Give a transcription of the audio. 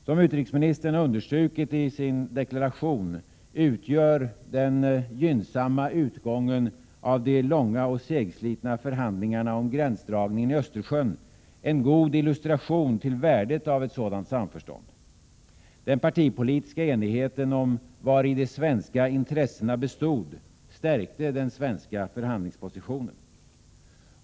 Som utrikesministern understrukit i sin deklaration utgör den gynnsamma utgången av de långa och segslitna förhandlingarna om gränsdragningen i Östersjön en god illustration till värdet av sådant samförstånd. Den partipolitiska enigheten om vari de svenska intressena bestod stärkte den svenska förhandlingspositionen.